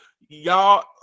y'all